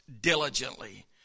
diligently